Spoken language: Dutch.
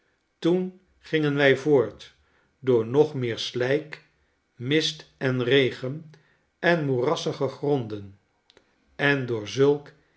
toen gingen wij voort door nog meer slijk mist en regen en moerassige gronden en door zulk